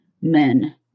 men